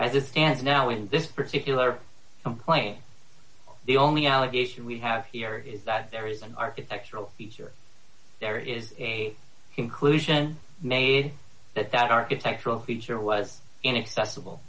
as it stands now in this particular complain the only allegation we have here is that there is an architectural feature there is a conclusion made that that architectural feature was inaccess